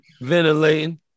ventilating